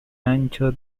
ancho